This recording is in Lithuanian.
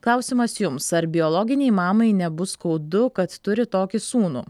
klausimas jums ar biologinei mamai nebus skaudu kad turi tokį sūnų